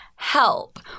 help